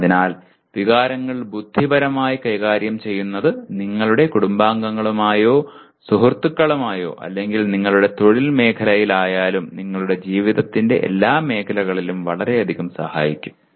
അതിനാൽ വികാരങ്ങൾ ബുദ്ധിപരമായി കൈകാര്യം ചെയ്യുന്നത് നിങ്ങളുടെ കുടുംബാംഗങ്ങളുമായോ സുഹൃത്തുക്കളുമായോ അല്ലെങ്കിൽ നിങ്ങളുടെ തൊഴിൽ മേഖലയിലായാലും നിങ്ങളുടെ ജീവിതത്തിന്റെ എല്ലാ മേഖലകളിലും വളരെയധികം സഹായിക്കും